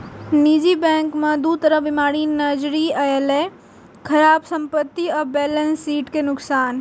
निजी बैंक मे दू तरह बीमारी नजरि अयलै, खराब संपत्ति आ बैलेंस शीट के नुकसान